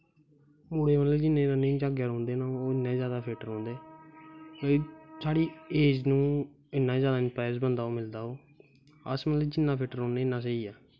मुड़े जिन्ने उ'नें गी झांकदे रौंह्दे न ओह् उन्ने फिट्ट रौंह्दे न ते साढ़ी एज़ नू इन्ना जैदा इप्रैस्ड होंदा मिलदा ओह् अस मतलब जिन्ना फिट्ट रौह्ने न उन्ना स्हेई ऐ